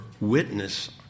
witness